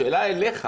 השאלה אליך